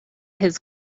his